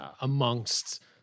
amongst